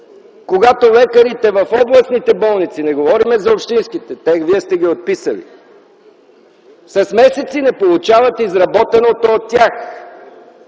когато лекарите в областните болници (не говорим за общинските, тях вие сте ги отписали) с месеци не получават изработеното от тях!